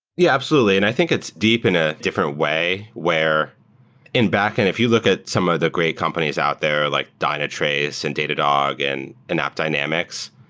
yeah, absolutely, and i think it's deep in a different way where in backend, if you look at some of the great companies out there like dynatrace and datadog and in appdynamics,